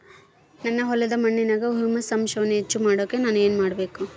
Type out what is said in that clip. ನನ್ನ ಹೊಲದ ಮಣ್ಣಿನಾಗ ಹ್ಯೂಮಸ್ ಅಂಶವನ್ನ ಹೆಚ್ಚು ಮಾಡಾಕ ನಾನು ಏನು ಮಾಡಬೇಕು?